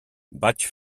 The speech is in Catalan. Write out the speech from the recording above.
vaig